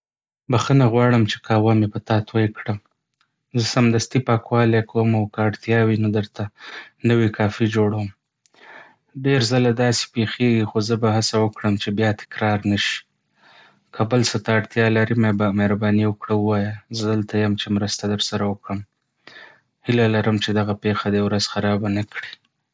بخښنه غواړم چې قهوه مې پر تا توی کړه. زه سمدستي پاکوالی کوم او که اړتیا وي، نو درته نوی کافي جوړوم. ډېر ځله داسې پېښېږي، خو زه به هڅه وکړم چې بیا تکرار نه شي. که بل څه ته اړتیا لرې، مهرباني وکړه ووایه، زه دلته یم چې مرسته درسره وکړم. هیله لرم چې دغه پېښه دې ورځ خرابه نه کړي.